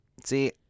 See